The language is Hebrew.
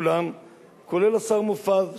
כולל השר מופז,